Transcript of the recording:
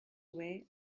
away